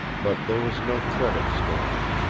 but there was no threat of storm.